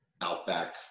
outback